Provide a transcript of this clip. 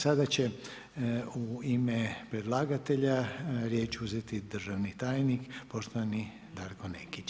Sada će u ime predlagatelja riječ uzeti državni tajnik, poštovani Darko Nekić.